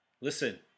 listen